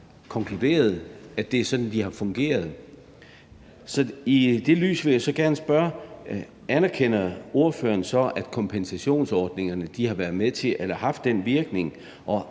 konkluderet, at det er sådan, de har fungeret. I det lys vil jeg så gerne spørge: Anerkender ordføreren så, at kompensationsordningerne har haft den virkning?